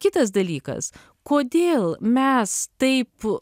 kitas dalykas kodėl mes taip